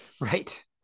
Right